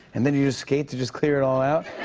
and then, you just skate to just clear it all out?